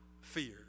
fear